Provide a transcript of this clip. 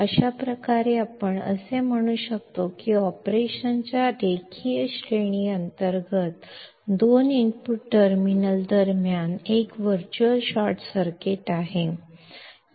अशा प्रकारे आपण असे म्हणू शकतो की ऑपरेशनच्या रेखीय श्रेणी अंतर्गत दोन इनपुट टर्मिनल दरम्यान एक वर्चुअल शॉर्ट सर्किट आहे